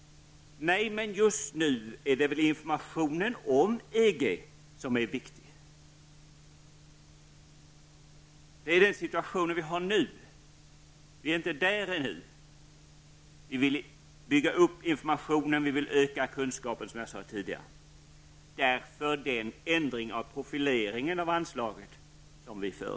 Just nu är det väl informationen om EG som är viktig. Det är den situation som vi har nu. Vi har inte kommit längre än. Vi vill som sagt bygga upp informationen och öka kunskapen. Därför föreslår vi en ändring av profileringen av anslaget.